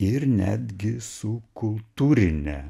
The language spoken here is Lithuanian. ir netgi su kultūrine